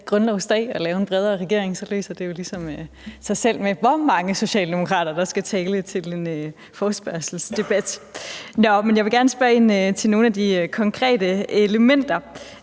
grundlovsdag, altså lave en bredere regering, og så løser det jo ligesom sig selv med, hvor mange socialdemokrater der skal tale til en forespørgselsdebat. Men jeg vil gerne spørge ind til nogle af de konkrete elementer,